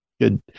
Good